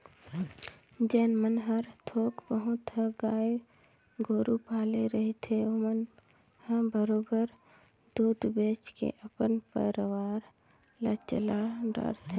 जेन मन ह थोक बहुत ह गाय गोरु पाले रहिथे ओमन ह बरोबर दूद बेंच के अपन परवार ल चला डरथे